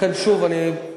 לכן, שוב, אני, ברשותכם,